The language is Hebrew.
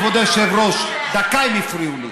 כבוד היושב-ראש, דקה, הם הפריעו לי.